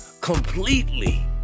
completely